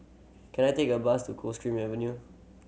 can I take a bus to Coldstream Avenue